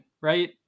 right